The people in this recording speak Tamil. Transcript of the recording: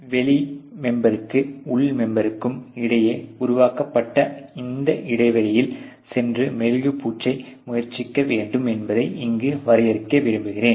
வெளி மெம்பெர்க்கும் உள் மெம்பெர்க்கும் இடையே உருவாக்கப்பட்ட அந்த இடைவெளியில் சென்று மெழுகு பூச்சை முயற்சிக்க வேண்டும் என்பதை இங்கு வரையறுக்க விரும்புகிறேன்